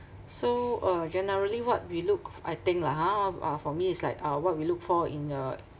so uh generally what we look I think lah ha uh for me it's like uh what we look for in a